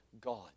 God